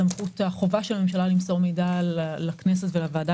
החובה של הממשלה מסור מידע לכנסת ולוועדה